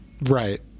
Right